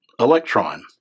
electron